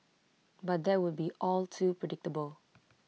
but that would be all too predictable